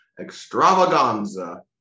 extravaganza